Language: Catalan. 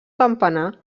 campanar